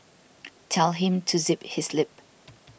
tell him to zip his lip